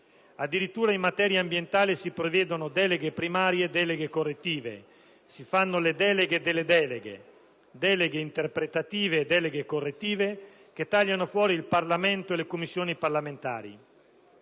Addirittura in materia ambientale si prevedono deleghe primarie e correttive, si fanno le deleghe delle deleghe, deleghe interpretative e correttive che tagliano fuori il Parlamento e le sue Commissioni di merito.